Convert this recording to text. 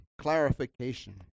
clarification